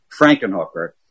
Frankenhooker